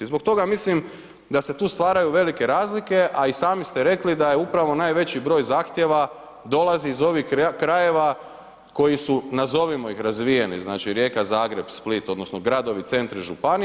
I zbog toga mislim da se tu stvaraju velike razlike a i sami ste rekli da upravo najveći broj zahtjeva dolazi iz ovih krajeva koji su nazovimo ih razvijeni, znači Rijeka, Zagreb, Split, odnosno gradovi, centri županija.